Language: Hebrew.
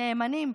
הנאמנים,